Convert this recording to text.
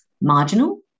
marginal